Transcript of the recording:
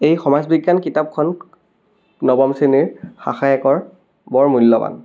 এই সমাজ বিজ্ঞান কিতাপখন নৱম শ্ৰেণীৰ শাখা একৰ বৰ মূল্যৱান